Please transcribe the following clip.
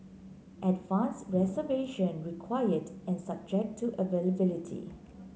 advanced reservation required and subject to availability